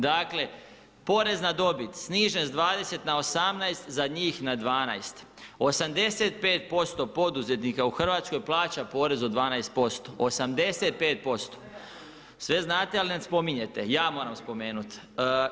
Dakle, porez na dobit, snižen sa 20 na 18 za njih na 12. 85% poduzetnika u Hrvatskoj plaća porez od 12%, 85%, sve znate ali ne spominjete, ja moram spomenuti.